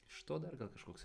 iš to dar gal kažkoks